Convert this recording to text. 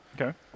Okay